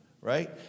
right